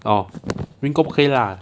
orh ringko 不可以啦